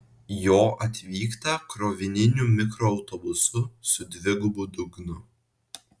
jo atvykta krovininiu mikroautobusu su dvigubu dugnu